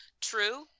True